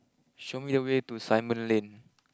show me the way to Simon Lane